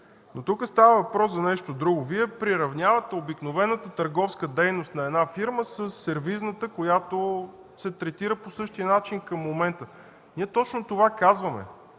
но тук става въпрос за нещо друго. Вие приравнявате обикновената търговска дейност на една фирма със сервизната, която се третира по същия начин към момента. Ние точно това казваме